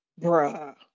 Bruh